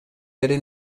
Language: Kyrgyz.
бери